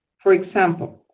for example,